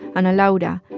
ana laura,